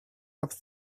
have